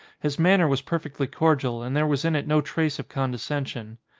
his manner was perfectly cordial and there was in it no trace of condescension.